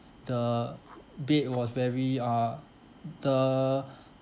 the bed was very uh the